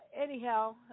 Anyhow